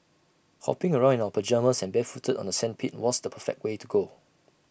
hopping around in our pyjamas and barefooted on the sandpit was the perfect way to go